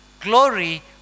glory